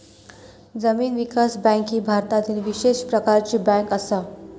जमीन विकास बँक ही भारतातली विशेष प्रकारची बँक असा